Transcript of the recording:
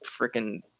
freaking